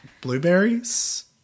Blueberries